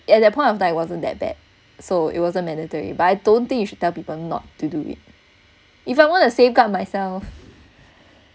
at that point I was like wasn't that bad so it wasn't mandatory but I don't think you should tell people not to do it if I want to safeguard myself